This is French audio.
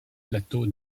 plateau